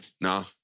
No